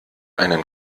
einen